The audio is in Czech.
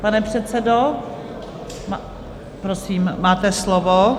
Pane předsedo, prosím, máte slovo.